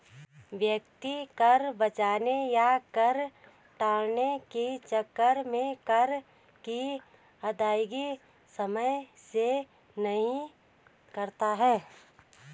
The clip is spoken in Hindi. व्यक्ति कर बचाने या कर टालने के चक्कर में कर की अदायगी समय से नहीं करता है